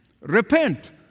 Repent